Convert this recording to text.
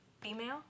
female